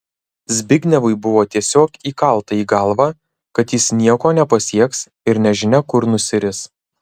zbignevui buvo tiesiog įkalta į galvą kad jis nieko nepasieks ir nežinia kur nusiris